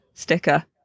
sticker